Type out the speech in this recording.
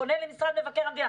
אבל כשפונים למבקר המדינה,